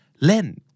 Len